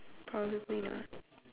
probably